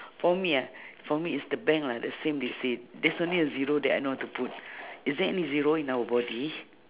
for me ah for me is the bank lah the same the same that's the only zero I know how to put is there any zero in our body